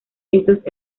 estos